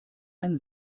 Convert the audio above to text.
ein